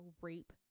rape